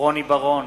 רוני בר-און,